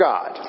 God